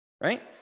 right